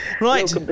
Right